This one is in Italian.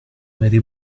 mary